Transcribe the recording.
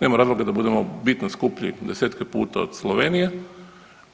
Nema razloga da budemo bitno skuplji 10-tke puta od Slovenije,